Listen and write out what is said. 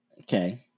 Okay